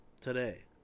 today